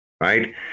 right